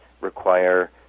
require